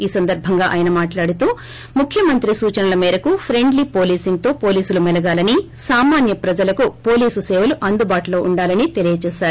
ఈ సందర్భంగా ఆయన్ మాట్లాడుతూ ముఖ్యమంత్రి సూచనల మేరకు ప్రెండ్లీ పోలీసింగ్తో పోలీసులు మెలగాలని సామాన్య ప్రజలకు పోలీసు సేవలు అందుబాటులో ఉండాలని తెలియజేశారు